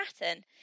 pattern